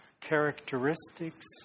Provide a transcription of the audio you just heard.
characteristics